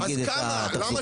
נגיד את התחזוקה,